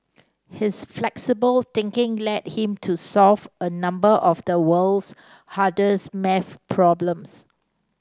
his flexible thinking led him to solve a number of the world's hardest math problems